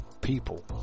people